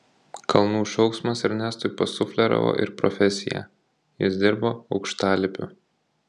kalnų šauksmas ernestui pasufleravo ir profesiją jis dirbo aukštalipiu